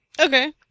Okay